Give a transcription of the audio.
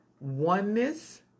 oneness